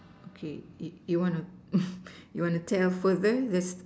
okay you want a you want a tell further this